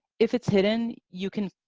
if it's hidden, you can